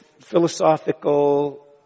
philosophical